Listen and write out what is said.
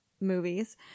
movies